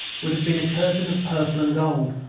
would have been a curtain of purple and gold.